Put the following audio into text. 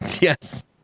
Yes